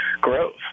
growth